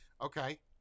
Okay